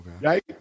right